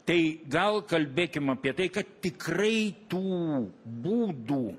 tai gal kalbėkim apie tai kad tikrai tų būdų